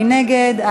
מי נגד?